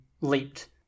leaped